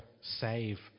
save